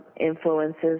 influences